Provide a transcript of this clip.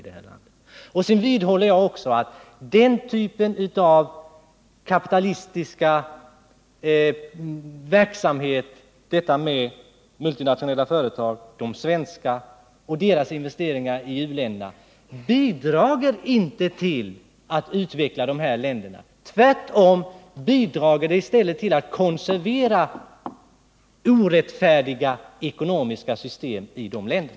Jag vidhåller också att denna typ av kapitalistisk verksamhet, med svenska multinationella företags investeringar i u-länderna, inte bidrar till att utveckla de här länderna. Tvärtom bidrar den i stället till att konservera orättfärdiga ekonomiska system i dessa länder.